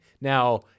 Now